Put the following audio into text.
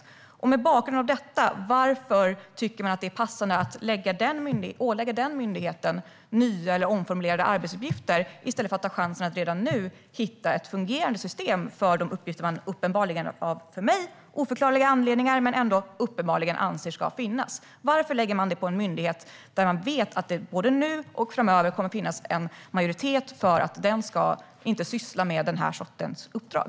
Mot bakgrund av detta: Varför tycker ni att det är passande att ålägga den myndigheten nya eller omformulerade arbetsuppgifter, i stället för att ta chansen att redan nu hitta ett fungerande system för de uppgifter som ni av för mig oförklarliga anledningar uppenbarligen anser ska finnas? Varför vill ni lägga det på en myndighet, där vi vet att det både nu och framöver kommer att finnas en majoritet för att den inte ska syssla med den sortens uppdrag?